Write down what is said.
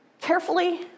carefully